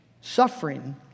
suffering